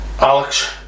Alex